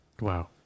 Wow